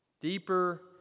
Deeper